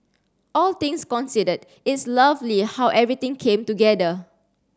all things considered it's lovely how everything came together